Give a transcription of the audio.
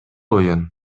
оюн